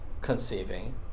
conceiving